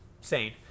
Sane